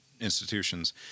institutions